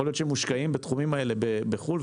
יכול להיות שהם מושקעים בתחום האלה בחו"ל,